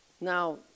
Now